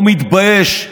לא מתבייש.